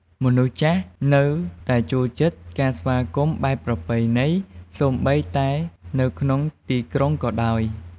មនុស្សចាស់នៅតែចូលចិត្តការស្វាគមន៍បែបប្រពៃណី សូម្បីតែនៅក្នុងទីក្រុងក៏ដោយ។